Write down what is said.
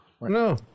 No